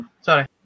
Sorry